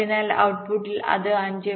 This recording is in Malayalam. അതിനാൽ ഔട്ട്പുട്ടിൽ അത് 5